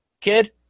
kid